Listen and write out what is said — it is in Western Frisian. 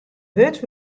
wurd